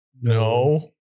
no